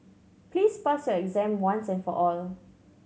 please pass your exam once and for all